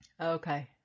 Okay